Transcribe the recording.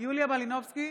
יוליה מלינובסקי,